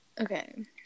Okay